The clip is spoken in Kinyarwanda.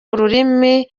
ururimi